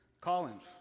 Collins